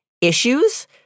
issues